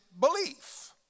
belief